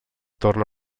torna